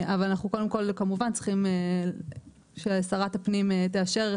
אבל כמובן אנחנו צריכים ששרת הפנים תאשר.